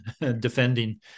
defending